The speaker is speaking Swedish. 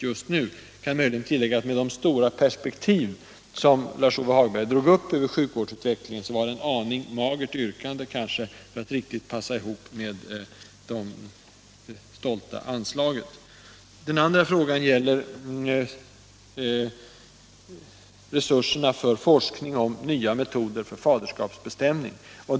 Jag kan möjligen tillägga, att med de stora perspektiv över sjukvårdsutvecklingen som Lars-Ove Hagberg drog upp var hans yrkande möjligen en aning magert för att riktigt passa ihop med det stolta anslaget. Den andra frågan gäller resurserna för forskning om nya metoder för faderskapsbestämning.